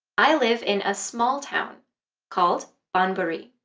i live in a small town called banbury.